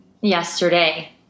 yesterday